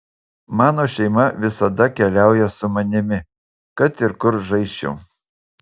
mano šeima visada keliauja su manimi kad ir kur žaisčiau